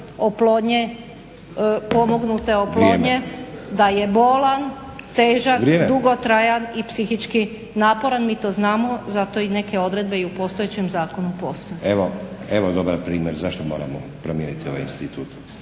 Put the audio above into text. oplodnje, pomognute oplodnje da je bolan, težak, dugotrajan i psihički naporan. Mi to znamo zato i neke odredbe i u postojećem zakonu postoje. **Stazić, Nenad (SDP)** Evo dobar primjer zašto moramo promijeniti ovaj institut.